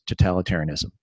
totalitarianism